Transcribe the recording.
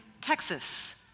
Texas